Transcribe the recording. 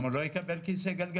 הוא גם לא יקבל כיסא גלגלים.